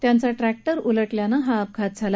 त्यांचा ट्रॅक्टर उलटल्याने हा अपघात घडला